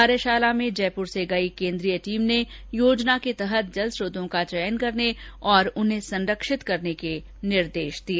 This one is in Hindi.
कार्यशाला में जयपुर से गई केन्द्रीय टीम ने योजना के तहत जल स्रोतों का चयन करने और उन्हें संरक्षित करने के निर्देश दिए